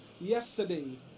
yesterday